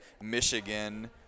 Michigan